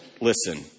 Listen